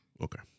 okay